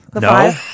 No